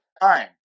time